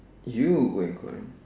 you were very 乖